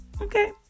Okay